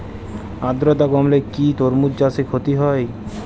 আদ্রর্তা কমলে কি তরমুজ চাষে ক্ষতি হয়?